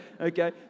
Okay